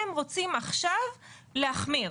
הם רוצים עכשיו להחמיר.